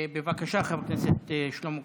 בבקשה, חבר הכנסת שלמה קרעי.